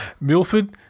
Milford